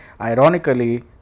ironically